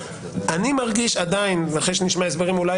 אני מרגיש עדיין אחרי שאשמע הסברים אולי